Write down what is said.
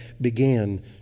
began